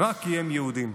רק כי הם יהודים.